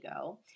go